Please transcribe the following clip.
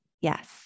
Yes